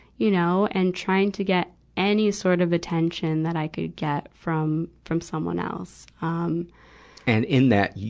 you know, and trying to get any sort of attention that i could get from, from someone else. um and in that,